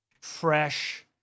fresh